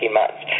months